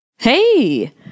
Hey